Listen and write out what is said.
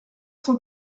cent